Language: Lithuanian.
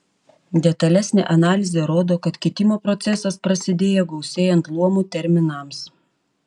detalesnė analizė rodo kad kitimo procesas prasidėjo gausėjant luomų terminams